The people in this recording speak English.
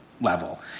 level